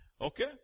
Okay